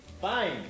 Fine